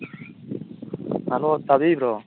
hello ꯇꯥꯕꯤꯕ꯭ꯔꯣ